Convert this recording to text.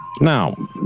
now